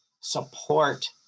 support